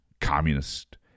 communist